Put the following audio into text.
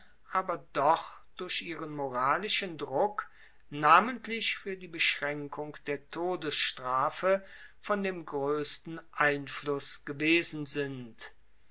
aber doch durch ihren moralischen druck namentlich fuer die beschraenkung der todesstrafe von dem groessten einfluss gewesen sind